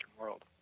world